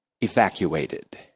evacuated